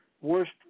worst